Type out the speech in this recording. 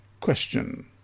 Question